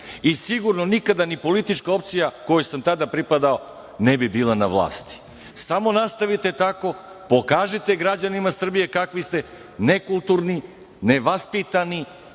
i sigurno nikada ni politička opcija kojoj sam tada pripadao ne bi bila na vlasti.38/2 AL/LŽSamo nastavite tako, pokažite, građanima Srbije kakvi ste, nekulturni, nevaspitani,